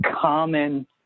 common